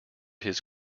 his